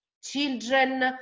children